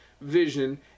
vision